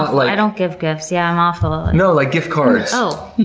i don't give gifts. yeah i'm awful. no, like gift cards. oh.